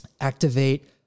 activate